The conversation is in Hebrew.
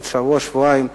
בעוד שבוע-שבועיים,